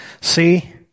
See